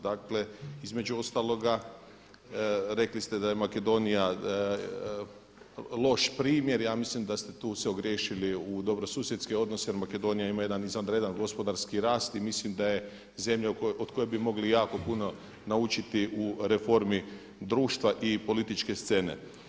Dakle između ostaloga rekli ste da je Makedonija loš primjer, ja mislim da ste tu se ogriješili u dobrosusjedske odnose jer Makedonija ima jedan izvanredan gospodarski rast i mislim da je zemlja od koje bi mogli jako puno naučiti u reformi društva i političke scene.